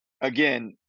again